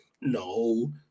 no